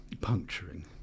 puncturing